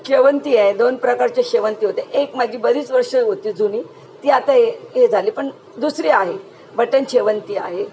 शेवंती आहे दोन प्रकारचे शेवंती होते एक माझी बरीच वर्षं होती जुनी ती आता हे झाली पण दुसरी आहे बटन शेवंती आहे